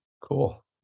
Cool